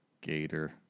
Gator